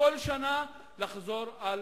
כל שנה לחזור על